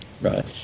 right